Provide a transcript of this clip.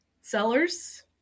sellers